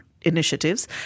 initiatives